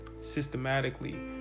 systematically